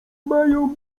mają